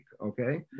okay